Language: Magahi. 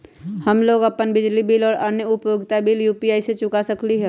हम लोग अपन बिजली बिल और अन्य उपयोगिता बिल यू.पी.आई से चुका सकिली ह